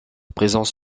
présence